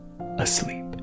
asleep